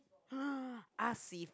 I see